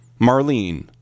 Marlene